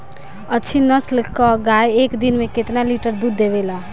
अच्छी नस्ल क गाय एक दिन में केतना लीटर दूध देवे ला?